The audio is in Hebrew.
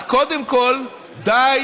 אז קודם כול, די